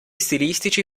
stilistici